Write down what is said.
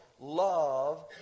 love